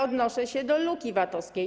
Odnoszę się do luki VAT-owskiej.